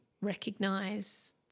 recognize